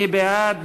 מי בעד?